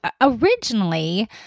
originally